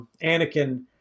Anakin